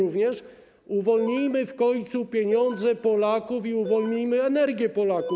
Uwolnijmy w końcu pieniądze Polaków i uwolnijmy energię Polaków.